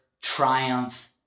triumph